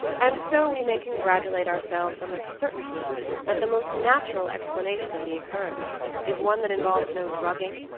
and so we may congratulate ourselves on the certainty that the most natural explanation of the occurrence is one that involves no drugging,